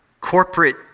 corporate